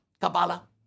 Kabbalah